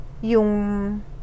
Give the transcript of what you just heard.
yung